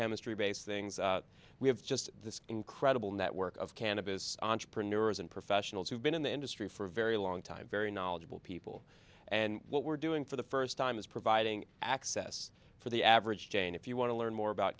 chemistry based things we have just this incredible network of cannabis entrepreneurs and professionals who've been in the industry for a very long time very knowledgeable people and what we're doing for the first time is providing access for the average jane if you want to learn more about